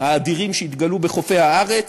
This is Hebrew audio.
האדירים שהתגלו בחופי הארץ,